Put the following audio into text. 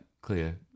clear